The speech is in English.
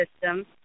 system